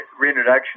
reintroduction